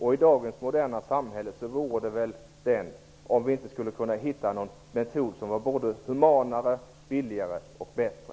I dagens moderna samhälle vore det väl synd om vi inte skulle kunna hitta någon metod som var humanare, billigare och bättre.